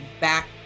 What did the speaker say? back